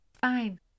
Fine